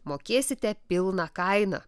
mokėsite pilną kainą